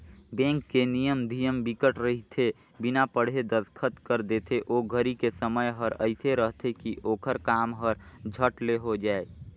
bank के नियम धियम बिकट रहिथे बिना पढ़े दस्खत कर देथे ओ घरी के समय हर एइसे रहथे की ओखर काम हर झट ले हो जाये